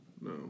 No